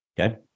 Okay